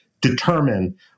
determine